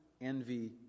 envy